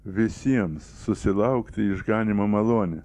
visiems susilaukti išganymo malonę